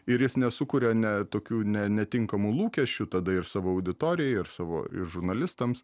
ir jis nesukuria ne tokių ne netinkamų lūkesčių tada ir savo auditorijai ir savo ir žurnalistams